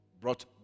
brought